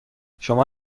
شما